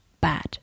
bad